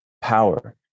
power